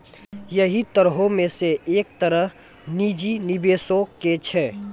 यहि तरहो मे से एक तरह निजी निबेशो के छै